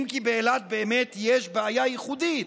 אם כי באילת באמת יש בעיה ייחודית,